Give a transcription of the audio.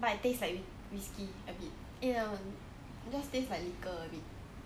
but it tastes like whi~ whiskey a bit eh no no just taste like liquor a bit